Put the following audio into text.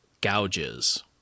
gouges